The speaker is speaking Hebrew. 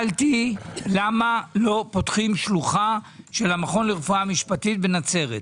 למה לא פותחים שלוחה של המכון לרפואה משפטית בנצרת?